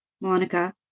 Monica